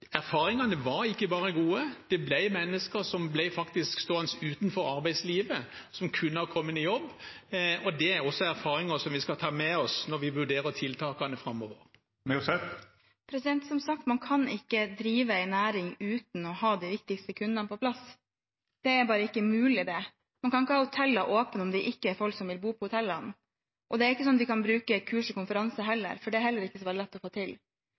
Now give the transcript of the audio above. Erfaringene var ikke bare gode. Det var mennesker som faktisk ble stående utenfor arbeidslivet, som kunne ha kommet i jobb. Det er også erfaringer vi skal ta med oss når vi vurderer tiltakene framover. Som sagt: Man kan ikke drive en næring uten å ha de viktigste kundene på plass. Det er bare ikke mulig. Man kan ikke ha hoteller åpne om det ikke er folk som vil bo på hotellene. Det er ikke sånn at de kan brukes til kurs og konferanser heller, for det er heller ikke lett å få til.